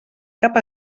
cap